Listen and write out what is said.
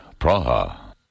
Praha